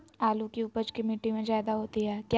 आलु की उपज की मिट्टी में जायदा होती है?